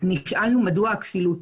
נשאלנו מדוע הכפילות.